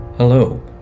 Hello